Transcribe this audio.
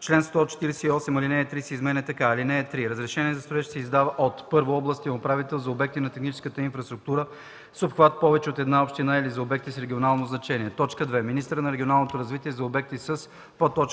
чл. 148 ал. 3 се изменя така: „(3) Разрешение за строеж се издава от: 1. областния управител – за обекти на техническата инфраструктура с обхват повече от една община или за обекти с регионално значение; 2. министъра на регионалното развитие – за обекти със: